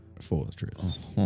fortress